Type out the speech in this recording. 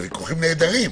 אלה ויכוחים נהדרים,